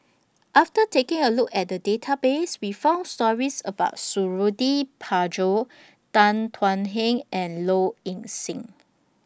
after taking A Look At The Database We found stories about Suradi Parjo Tan Thuan Heng and Low Ing Sing